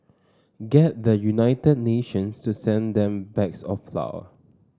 get the United Nations to send them bags of flour